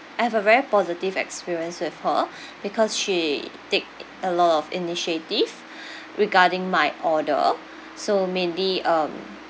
I have a very positive experience with her because she take a lot of initiative regarding my order so mainly um